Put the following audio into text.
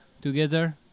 together